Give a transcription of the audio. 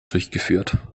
durchgeführt